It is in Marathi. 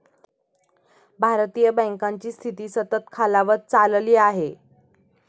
भारतीय बँकांची स्थिती सतत खालावत चालली आहे